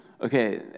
Okay